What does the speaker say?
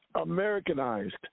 Americanized